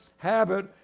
habit